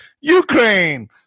Ukraine